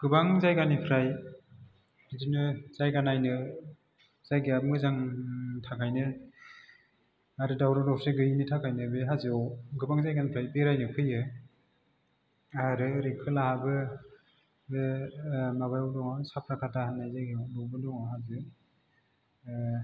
गोबां जायगानिफ्राय बिदिनो जायगा नायनो जायगा मोजांनि थाखायनो आरो दावराव दावसि गोयैनि थाखायनो बे हाजोआव गोबां जायगानिफ्राय बेरायनो फैयो आरो ओरै खोलाहाबो बे माबायाव दं साफ्राखाता होन्नाय जायगायाव बेवबो दङ हाजो